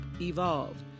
evolved